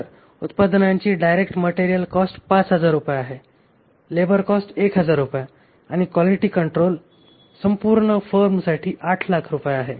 तर या उत्पादनाची डायरेक्ट मटेरियल कॉस्ट 5000 रुपये आहे लेबर कॉस्ट 1000 रुपये आणि क्वालिटी कंट्रोल कॉस्ट संपूर्ण फर्मसाठी 800000 रुपये आहे